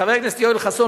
חבר הכנסת יואל חסון,